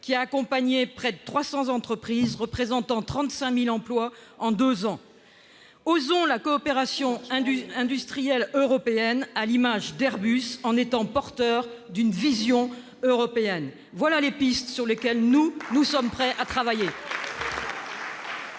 qui a accompagné près de 300 entreprises, représentant 35 000 emplois, en deux ans. Osons la coopération industrielle européenne, à l'image d'Airbus, en étant porteurs d'une vision européenne. Voilà les pistes sur lesquelles nous sommes prêts à travailler ! La parole est